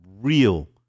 real